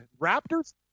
Raptors